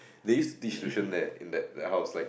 they used to teach tuition there in that that house like